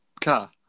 car